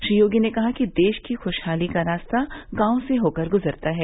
श्री योगी ने कहा कि देश की ख्शहाली का रास्ता गांव से होकर गुजरता है